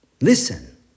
Listen